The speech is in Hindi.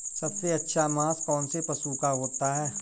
सबसे अच्छा मांस कौनसे पशु का होता है?